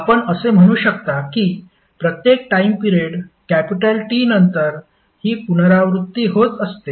आपण असे म्हणू शकता कि प्रत्येक टाइम पिरेड कॅपिटल T नंतर ही पुनरावृत्ती होत असते